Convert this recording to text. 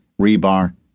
rebar